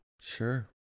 Sure